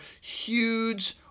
huge